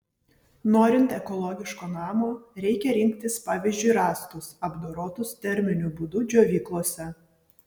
norint ekologiško namo reikia rinktis pavyzdžiui rąstus apdorotus terminiu būdu džiovyklose